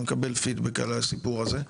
אני מקבל פידבק על הסיפור הזה.